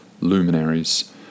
luminaries